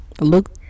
look